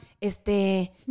este